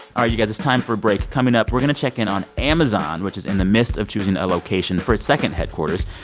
ah you guys. it's time for a break. coming up, we're going to check in on amazon, which is in the midst of choosing a location for its second headquarters.